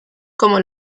como